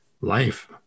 life